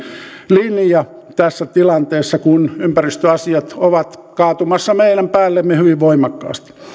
linja tässä tilanteessa kun ympäristöasiat ovat kaatumassa meidän päällemme hyvin voimakkaasti